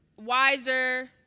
wiser